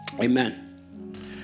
amen